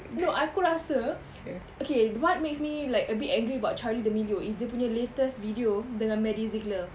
no aku rasa okay what makes me like a bit angry about charli d'amelio is dia punya latest video dengan maddie ziegler